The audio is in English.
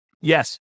Yes